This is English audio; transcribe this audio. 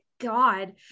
God